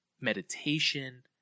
meditation